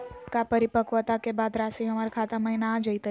का परिपक्वता के बाद रासी हमर खाता महिना आ जइतई?